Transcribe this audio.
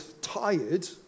tired